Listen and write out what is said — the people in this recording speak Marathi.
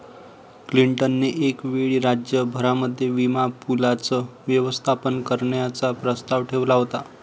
क्लिंटन ने एक वेळी राज्य भरामध्ये विमा पूलाचं व्यवस्थापन करण्याचा प्रस्ताव ठेवला होता